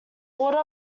order